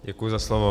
Děkuji za slovo.